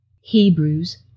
Hebrews